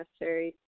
necessary